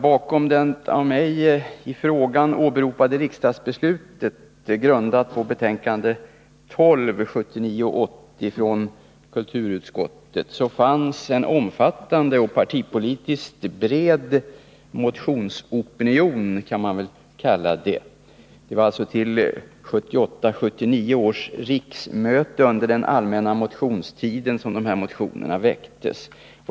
Bakom det av mig i frågan åberopade riksdagsbeslutet, grundat på kulturutskottets betänkande 1979 79 års riksmöte — under den allmänna motionstiden — som dessa motioner väcktes.